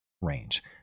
range